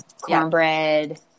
cornbread